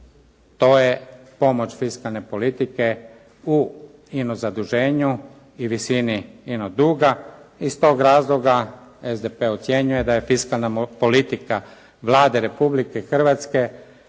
to je pomoć fiskalne politike u ino zaduženju i visini ino duga i iz tog razloga SDP ocjenjuje da je fiskalna politika Vlade Republike Hrvatske